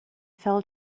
fell